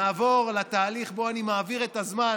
נעבור לתהליך שבו אני מעביר את הזמן